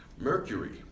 Mercury